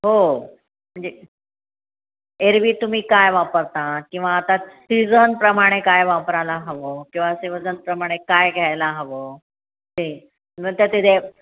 हो म्हणजे एरव्ही तुम्ही काय वापरता किंवा आता सिजनप्रमाणे काय वापरायला हवं किंवा सिवजनप्रमाणे काय घ्यायला हवं ते न त्या ते